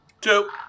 Two